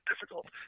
difficult